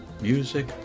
music